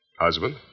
Husband